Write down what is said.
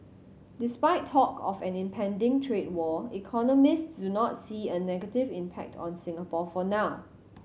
despite talk of an impending trade war economist do not see a negative impact on Singapore for now